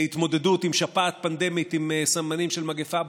להתמודדות עם שפעת פנדמית עם סממנים של מגפה,